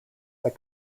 that